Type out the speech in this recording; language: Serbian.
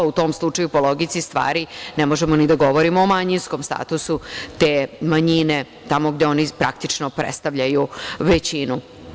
U tom slučaju po logici stvari ne možemo da govorimo o manjinskom statusu te manjine tamo gde oni praktično predstavljaju većinu.